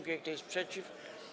Kto jest przeciw?